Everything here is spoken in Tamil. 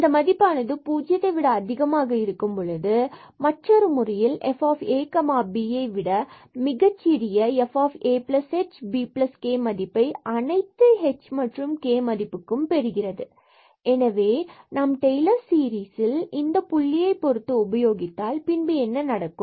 இந்த மதிப்பானது பூஜ்ஜியத்தை விட அதிகமாக இருக்கும் பொழுது மற்றொரு முறையில் fab விட மிகச் சிறிய fahbk மதிப்பைப் அனைத்து h மற்றும் k மதிப்புக்கும் பெறுகிறது எனவே நாம் டெய்லர் சீரிஸில் ab இந்த புள்ளியை பொருத்து உபயோகித்தால் பின்பு என்ன நடக்கும்